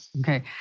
Okay